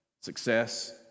success